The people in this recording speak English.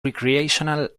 recreational